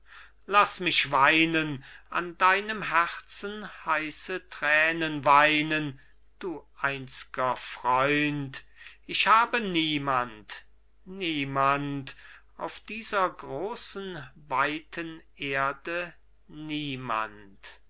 laß mich weinen an deinem herzen heiße tränen weinen du einzger freund ich habe niemand niemand auf dieser großen weiten erde niemand